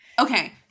Okay